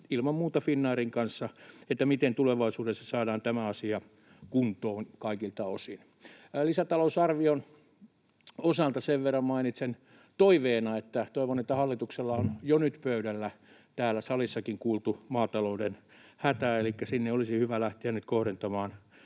ilman muuta Finnairin kanssa, miten tulevaisuudessa saadaan tämä asia kuntoon kaikilta osin. Lisätalousarvion osalta sen verran mainitsen toiveena, että toivon, että hallituksella on jo nyt pöydällä täällä salissakin kuultu maatalouden hätä. Elikkä sinne olisi hyvä lähteä nyt kohdentamaan